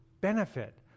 benefit